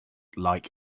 like